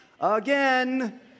again